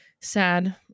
sad